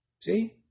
See